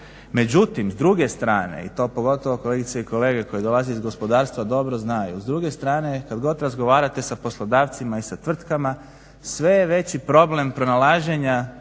Međutim, s druge strane i to pogotovo kolegice i kolege koji dolaze iz gospodarstva dobro znaju. S druge strane kada god razgovarate sa poslodavcima i sa tvrtkama sve je veći problem pronalaženja